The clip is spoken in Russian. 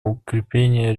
укрепления